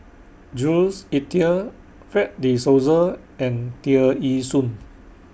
Jules Itier Fred De Souza and Tear Ee Soon